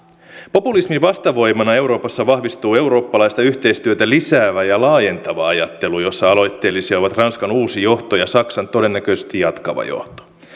populismin vastavoimana euroopassa vahvistuu eurooppalaista yhteistyötä lisäävä ja laajentava ajattelu jossa aloitteellisia ovat ranskan uusi johto ja saksan todennäköisesti jatkava johto